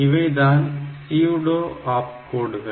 இவைதான் சீயூடோ ஆப்கோடுகள்